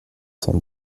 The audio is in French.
cent